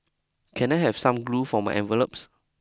can I have some glue for my envelopes